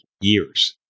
years